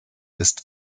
ist